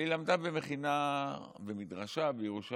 לפני הגיוס היא למדה במדרשה בירושלים,